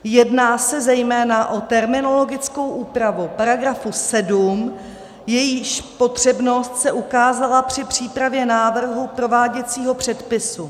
Jedná se zejména o terminologickou úpravu § 7, jejíž potřebnost se ukázala při přípravě návrhu prováděcího předpisu.